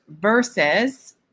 versus